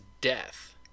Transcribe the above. death